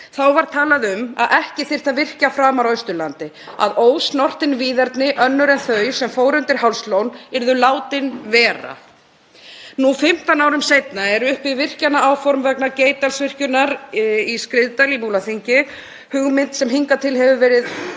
Þá var talað um að ekki þyrfti að virkja framar á Austurlandi, að ósnortin víðerni önnur en þau sem fóru undir Hálslón yrðu látin vera. Nú 15 árum seinna eru uppi virkjunaráform vegna Geitdalsvirkjunar í Skriðdal í Múlaþingi, hugmynd sem hingað til hefur verið